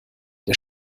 der